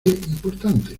importante